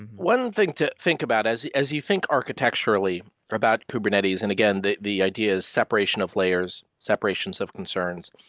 one thing to think about as as you think architecturally for about kubernetes, and again, the the idea of separation of layers, separations of concerns.